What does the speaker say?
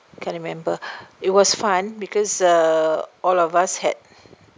can't remember it was fun because uh all of us had